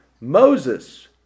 Moses